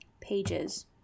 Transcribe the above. pages